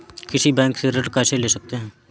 किसी बैंक से ऋण कैसे ले सकते हैं?